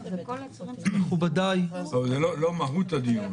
אבל זה לא מהות הדיון.